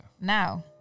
Now